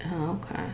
okay